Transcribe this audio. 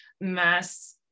mass